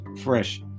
fresh